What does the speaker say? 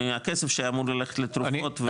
מהכסף שאמור ללכת לתרופות.